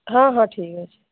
ହଁ ହଁ ଠିକ ଅଛି